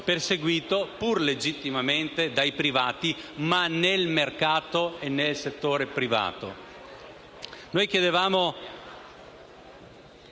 perseguito, pur legittimamente, dai privati ma nel mercato e nel settore privato.